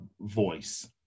voice